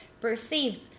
perceived